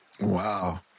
Wow